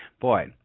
boy